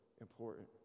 important